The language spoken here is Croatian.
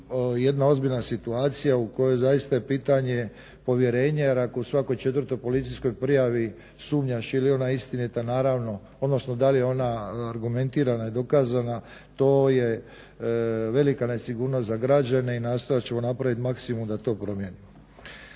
jedna ozbiljna situacija u kojoj zaista je pitanje povjerenje. Jer ako u svakoj četvrtoj policijskoj prijavi sumnjaš je li ona istinita, naravno odnosno da li je ona argumentirana ili dokazana to je velika nesigurnost za građane. I nastojat ćemo napraviti maksimum da to promijenimo.